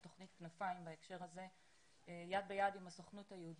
תכנית "כנפיים" בהקשר הזה יד ביד עם הסוכנות היהודית,